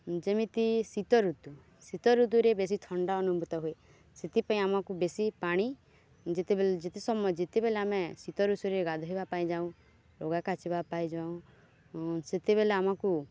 ଯେମିତି ଶୀତ ଋତୁ ଶୀତ ଋତୁରେ ବେଶୀ ଥଣ୍ଡା ଅନୁଭୂତ ହୁଏ ସେଥିପାଇଁ ଆମକୁ ବେଶୀ ପାଣି ଯେତେବେଲେ ଯେତେ ସମୟ ଯେତେବେଲେ ଆମେ ଶୀତ ଋତୁରେ ଗାଧୋଇବା ପାଇଁ ଯାଉ ଲୁଗା କାଚିବା ପାଇଁ ଯାଉ ସେତେବେଲେ ଆମକୁ